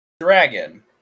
Dragon